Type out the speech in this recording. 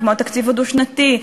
כמו התקציב הדו-שנתי,